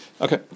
Okay